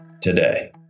today